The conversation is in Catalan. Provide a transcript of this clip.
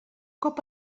cop